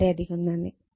വളരെയധികം നന്ദി